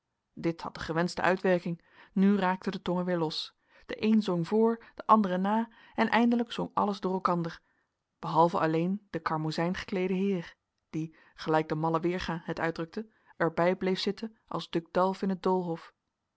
dit had de gewenschte uitwerking nu raakten de tongen weer los de een zong voor de andere na en eindelijk zong alles door elkander behalve alleen de karmozijngekleede heer die gelijk de malle weerga het uitdrukte er bij bleef zitten als ducdalf in t doolhof